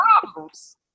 problems